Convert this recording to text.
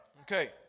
Okay